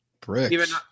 Bricks